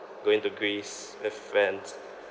going to greece with friends